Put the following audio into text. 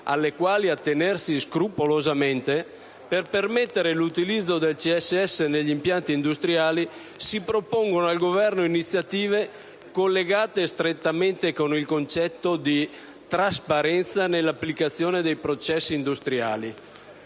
alle quali attenersi scrupolosamente per permettere l'utilizzo del CSS negli impianti industriali, si propongono al Governo iniziative collegate strettamente con il concetto di trasparenza nell'applicazione di processi industriali.